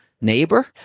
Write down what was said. neighbor